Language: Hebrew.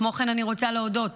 כמו כן, אני רוצה להודות